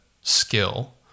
skill